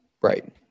Right